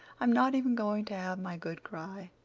i'm not even going to have my good cry.